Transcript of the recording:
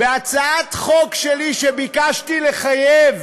בהצעת חוק שלי, שביקשתי בה לחייב